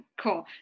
Cool